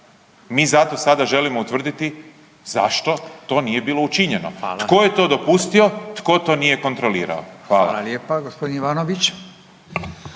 Mi zato sada želimo utvrditi zašto to nije bilo učinjeno, tko je to dopustio, tko to nije kontrolirao? Hvala. **Radin, Furio